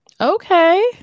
Okay